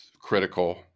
critical